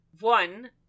one